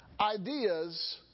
ideas